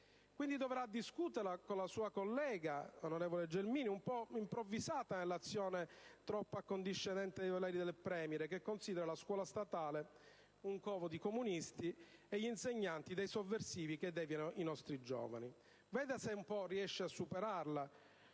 crediamo debba discuterne con la sua collega onorevole Gelmini, un po' improvvisata nella sua azione troppo accondiscendente ai voleri del Premier, che considera la scuola statale un covo di comunisti e gli insegnanti dei sovversivi che deviano i nostri giovani. Guardi se riesce a superarla,